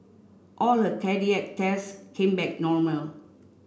all her cardiac tests came back normal